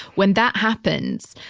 when that happens,